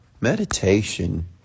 meditation